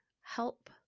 help